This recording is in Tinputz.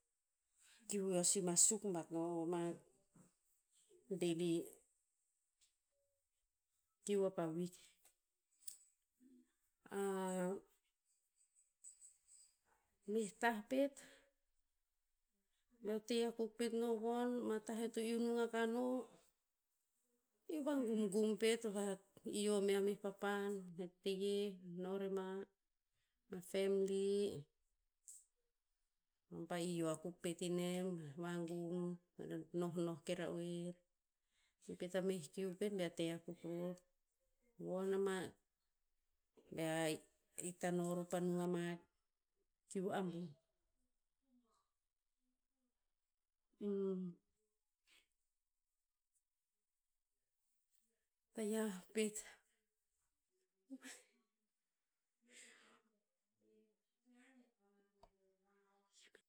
Kiu eo si mas suk bat no ma daily kiu vapa meh tah pet, beo te akuk pet no von, ma tah eo to iu nung akah no, iu vagumgum pet va ihio mae meh papan. Re teye no rema, ma family, pa ihio akuk pet inem mea vagumgum nohnoh ke ra'oer i pet a meh kiu pet bea te akuk ror. Von ama bea ta no ror pa nung ama kiu abuh. Tayiah pet.